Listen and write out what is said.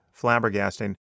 flabbergasting